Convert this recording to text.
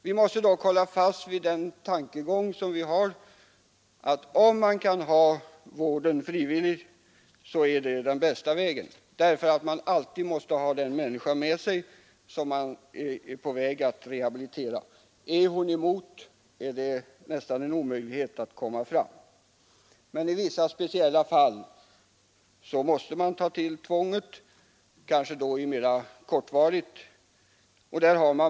Vi måste dock hålla fast vid den tankegång som vi har, nämligen att frivilligvård är den bästa vägen, eftersom man alltid måste ha den människa som man håller på att rehabilitera med sig. Har man henne emot sig, är det nästan en omöjlighet att komma fram till målet. I speciella fall måste man dock ta till tvång, helst mera kortvarigt.